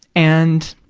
and,